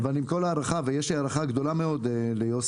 אבל עם כל ההערכה ויש לי הערכה גדולה מאוד ליוסי,